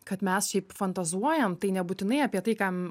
kad mes šiaip fantazuojam tai nebūtinai apie tai kam